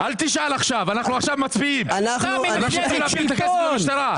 אנחנו מקימים חוות שרתים חדשה כדי לתת מענה